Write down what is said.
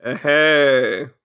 Hey